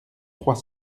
trois